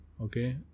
okay